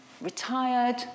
retired